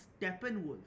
Steppenwolf